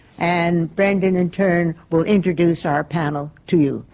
and brendan, in turn, will introduce our panel to you.